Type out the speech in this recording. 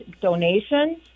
donations